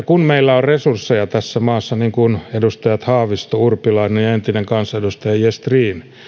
kun meillä on resursseja tässä maassa niin kuin edustajat haavisto urpilainen ja entinen kansanedustaja gestrin